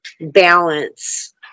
balance